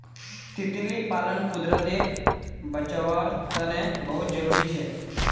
तितली पालन कुदरतेर बचाओर तने बहुत ज़रूरी छे